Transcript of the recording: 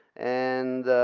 and